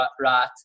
right